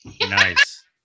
Nice